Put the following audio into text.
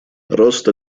рост